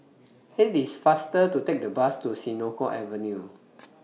IT IS faster to Take The Bus to Senoko Avenue